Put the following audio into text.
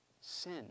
sin